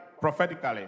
prophetically